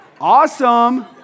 Awesome